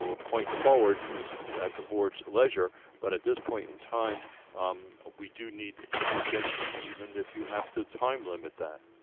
point forward is at the board's leisure but at this point in time um ah we do need an extension even if you have to time limit that